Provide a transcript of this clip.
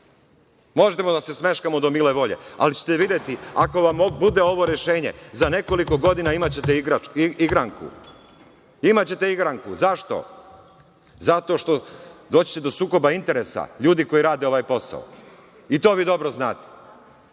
Možemo da se smeškamo do mile volje, ali ćete videti ako vam bude ovo rešenje, za nekoliko godina imaćete igranku. Imaćete igranku, zašto? zato što će doći do sukoba interesa ljudi koji rade ovaj posao i vi to dobro znate.